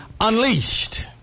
unleashed